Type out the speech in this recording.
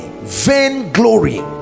vainglory